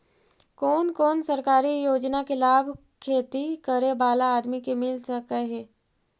कोन कोन सरकारी योजना के लाभ खेती करे बाला आदमी के मिल सके हे?